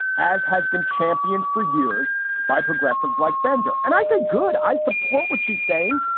as has been championed for years by progressives like bender. and i say good. i support what she's saying.